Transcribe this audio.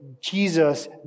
Jesus